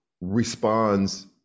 responds